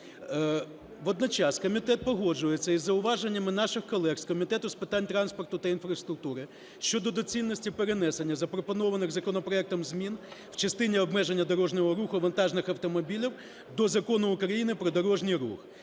Водночас комітет погоджується із зауваженнями наших колег з Комітету з питань транспорту та інфраструктури щодо доцільності перенесення запропонованих законопроектом змін в частині обмеження дорожнього руху вантажних автомобілів до Закону України "Про дорожній рух".